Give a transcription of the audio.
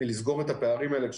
לסגור את הפערים האלה.